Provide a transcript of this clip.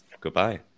Goodbye